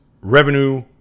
revenue